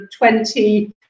20